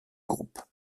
groupe